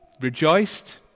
rejoiced